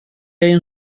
ayın